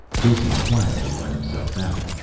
jason quietly let himself out.